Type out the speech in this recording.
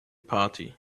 party